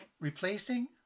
Replacing